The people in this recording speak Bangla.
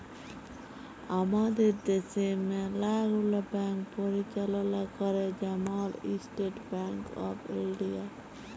আমাদের দ্যাশে ম্যালা গুলা ব্যাংক পরিচাললা ক্যরে, যেমল ইস্টেট ব্যাংক অফ ইলডিয়া